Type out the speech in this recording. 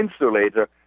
insulator